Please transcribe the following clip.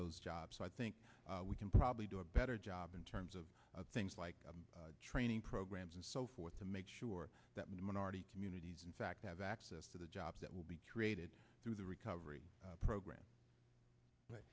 those jobs so i think we can probably do a better job in terms of things like training programs and so forth to make sure that minority communities in fact have access to the jobs that will be created through the recovery program